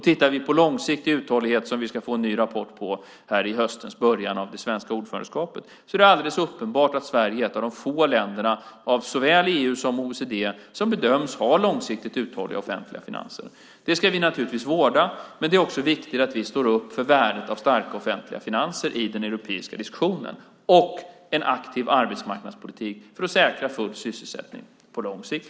Tittar vi på långsiktig uthållighet, som vi ska få en ny rapport om i höst, i början av det svenska ordförandeskapet, ser vi att det är alldeles uppenbart att Sverige är ett av de få länder som av såväl EU som OECD bedöms ha långsiktigt uthålliga offentliga finanser. Det ska vi naturligtvis vårda, men det är också viktigt att vi står upp för värdet av starka offentliga finanser i den europeiska diskussionen och en aktiv arbetsmarknadspolitik för att säkra full sysselsättning på lång sikt.